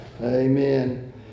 Amen